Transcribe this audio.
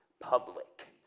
public